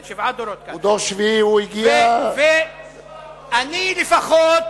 הוא דור שביעי, הוא הגיע, אני לפחות,